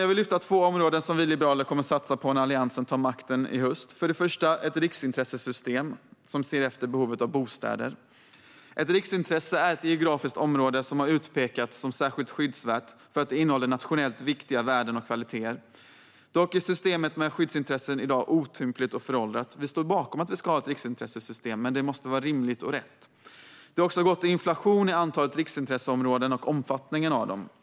Jag vill lyfta upp två områden som vi liberaler kommer att satsa på när Alliansen tar makten i höst. Först och främst gäller det ett riksintressesystem som ser till behovet av bostäder. Ett riksintresse är ett geografiskt område som har utpekats som särskilt skyddsvärt för att det innehåller nationellt viktiga värden och kvaliteter. Systemet med skyddsintressen är dock otympligt och föråldrat. Vi står bakom att Sverige ska ha ett riksintressesystem, men det måste vara rimligt. Det har dessutom gått inflation i antalet riksintresseområden och omfattningen av dem.